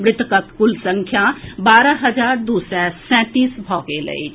मृतकक कुल संख्या बारह हजार दू सय सैंतीस भऽ गेल अछि